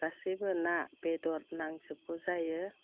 गासैबो ना बेदर नांजोबगौ जायो